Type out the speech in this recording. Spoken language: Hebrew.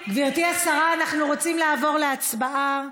גברתי השרה, אנחנו רוצים לעבור להצבעה.